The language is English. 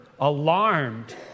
alarmed